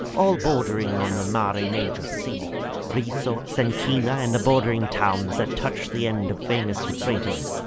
all bordering on the mare-major-sea, riso, sancina, and the bordering towns that touch the end of famous euphrates,